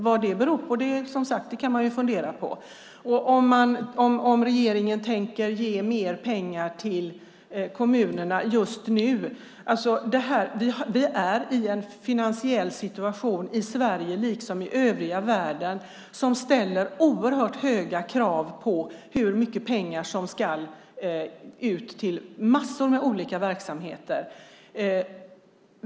Vad det beror på kan man som sagt fundera på. Elina Linna frågar om regeringen tänker ge mer pengar till kommunerna just nu. Vi är i en finansiell situation i Sverige, liksom i övriga världen, som ställer oerhört höga krav på hur mycket pengar som ska ut till massor av olika verksamheter.